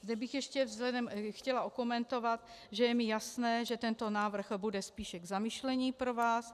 Zde bych ještě chtěla okomentovat, že je mi jasné, že tento návrh bude spíše k zamyšlení pro vás.